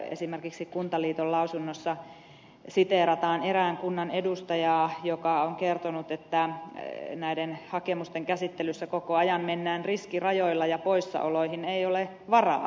esimerkiksi kuntaliiton lausunnossa siteerataan erään kunnan edustajaa joka on kertonut että näiden hakemusten käsittelyssä koko ajan mennään riskirajoilla ja poissaoloihin ei ole varaa